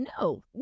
No